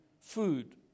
food